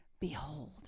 Behold